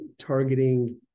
targeting